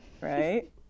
Right